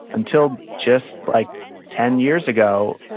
until just like ten years ago,